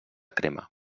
crema